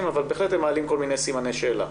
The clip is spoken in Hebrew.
אבל בהחלט הם מעלים כל מיני סימני שאלה,